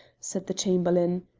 said the chamberlain.